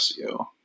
SEO